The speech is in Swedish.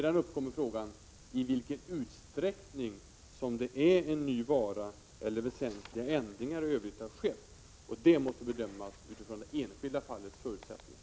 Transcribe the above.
Då uppkommer frågan i vilken utsträckning som det är en ny vara eller som väsentliga ändringar i övrigt har skett, och det måste bedömas utifrån det enskilda fallets förutsättningar.